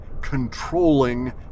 controlling